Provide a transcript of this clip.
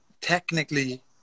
technically